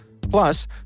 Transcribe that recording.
Plus